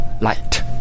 light